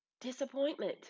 disappointment